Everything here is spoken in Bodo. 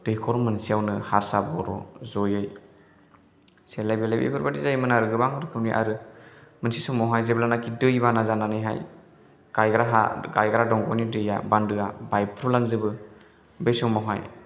दैखर मोनसेआवनो हारसा बर' जयै सेलाय बेलाय बेफोरबायदि जायोमोन आरो गोबां दुखुनि आरो मोनसे समाव जेब्लानाखि दैबाना जानानैहाय गायग्रा हा गायग्रा दंग'नि दैया बान्दोआ बायफ्रुलांजोबो बे समावहाय